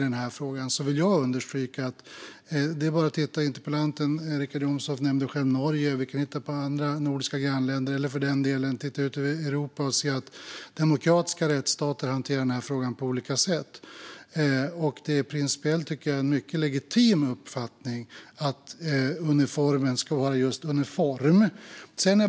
Jag vill då understryka att om man tittar på våra nordiska grannländer - interpellanten Richard Jomshof nämnde själv Norge - eller för den delen ut över Europa ser man att demokratiska rättsstater hanterar denna fråga på olika sätt. Principiellt tycker jag att det är en mycket legitim uppfattning att uniformen ska vara just uniform.